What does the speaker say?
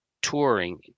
touring